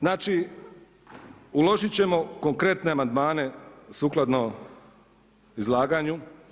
Znači, uložiti ćemo konkretne amandmane sukladno izlaganju.